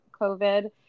COVID